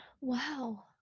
Wow